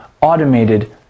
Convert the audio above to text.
automated